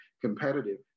competitive